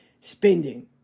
spending